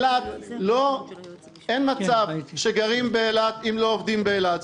אין מצב שגרים באילת אם לא עובדים באילת.